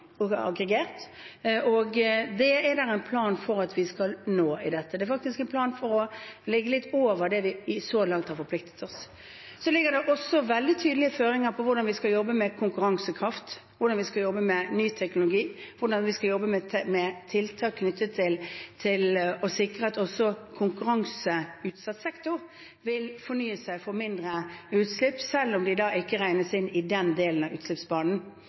aggregert. Det er det en plan for at vi skal nå i dette. Det er faktisk en plan for å ligge litt over det vi så langt har forpliktet oss til. Det ligger også veldig tydelige føringer for hvordan vi skal jobbe med konkurransekraft, hvordan vi skal jobbe med ny teknologi, hvordan vi skal jobbe med tiltak knyttet til å sikre at også konkurranseutsatt sektor vil fornye seg for mindre utslipp, selv om de da ikke regnes inn i den delen av utslippsbanen.